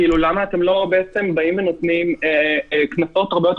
למה אתם לא נותנים קנסות הרבה יותר